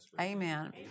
Amen